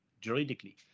juridically